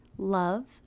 Love